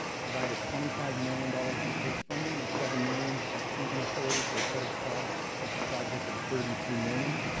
provided twenty five million dollars in state funding and seven million in authority for a total cost of the project of thirty two million.